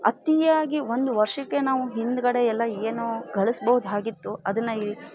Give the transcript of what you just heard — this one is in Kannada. ಅತಿಯಾಗಿ ಒಂದು ವರ್ಷಕ್ಕೆ ನಾವು ಹಿಂದೆಗಡೆ ಎಲ್ಲ ಏನೋ ಕಳ್ಸ್ಬೌದಾಗಿತ್ತು ಅದನ್ನ ಈ